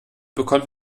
bekommt